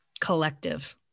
collective